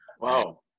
Wow